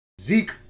Zeke